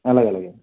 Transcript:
అలాగలాగే